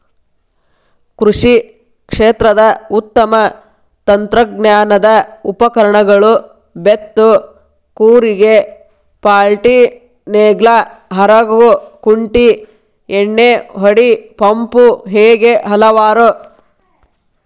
ಕೃಷಿ ಕ್ಷೇತ್ರದ ಉತ್ತಮ ತಂತ್ರಜ್ಞಾನದ ಉಪಕರಣಗಳು ಬೇತ್ತು ಕೂರಿಗೆ ಪಾಲ್ಟಿನೇಗ್ಲಾ ಹರಗು ಕುಂಟಿ ಎಣ್ಣಿಹೊಡಿ ಪಂಪು ಹೇಗೆ ಹಲವಾರು